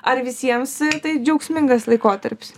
ar visiems tai džiaugsmingas laikotarpis